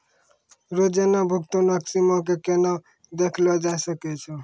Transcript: रोजाना भुगतानो के सीमा के केना देखलो जाय सकै छै?